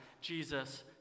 Jesus